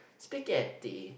spaghetti